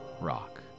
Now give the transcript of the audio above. rock